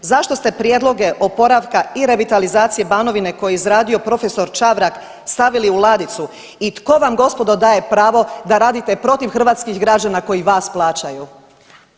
Zašto ste prijedloge oporavka i revitalizacije Banovine koje je izradio profesor Čavrak stavili u ladicu i tko vam gospodo daje pravo da radite protiv hrvatskih građana koji vas plaćaju.